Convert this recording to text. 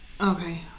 Okay